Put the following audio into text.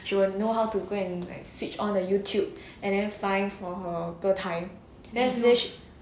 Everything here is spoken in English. she will know how to go and like switch on the youtube and then find for her 歌台 there's which